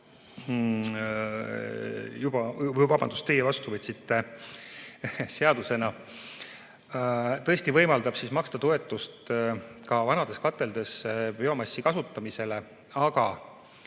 või vabandust, teie vastu võtsite seadusena, tõesti võimaldab maksta toetust ka vanades kateldes biomassi kasutamisele. Aga